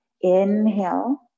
Inhale